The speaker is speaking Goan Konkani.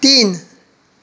तीन